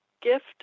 gift